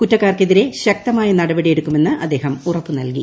കുറ്റക്കാർക്കെതിരെ ശക്തമായ നടപടി എടുക്കുമെന്ന് അദ്ദേഹം ഉറപ്പു നൽകി